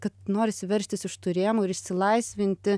kad norisi veržtis iš tų rėmų ir išsilaisvinti